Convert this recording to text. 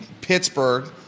Pittsburgh